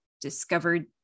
discovered